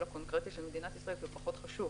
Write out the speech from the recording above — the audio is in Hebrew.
הקונקרטי של מדינת ישראל כי הוא פחות חשוב,